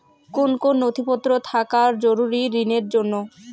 কোন কোন নথিপত্র থাকা জরুরি ঋণের জন্য?